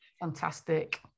Fantastic